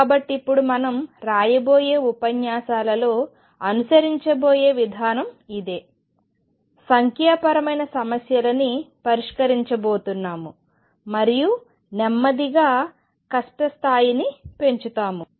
కాబట్టి ఇప్పుడు మనం రాబోయే ఉపన్యాసాలలో అనుసరించబోయే విధానం ఇదే సంఖ్యాపరమైన సమస్యలని పరిష్కరించబోతున్నాము మరియు నెమ్మదిగా కష్ట స్థాయిని పెంచుతాము